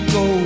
go